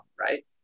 right